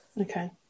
Okay